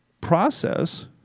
process